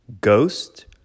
Ghost